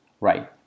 Right